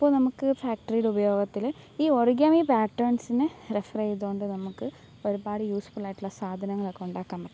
അപ്പോൾ നമുക്ക് ഫാക്ടറിയുടെ ഉപയോഗത്തില് ഈ ഒറിഗാമി പാറ്റേൺസിന് റഫറെയ്തുകൊണ്ട് നമുക്ക് ഒരുപാട് യൂസ്ഫുൾ ആയിട്ടുള്ള സാധനങ്ങളൊക്കെ ഉണ്ടാക്കാൻ പറ്റും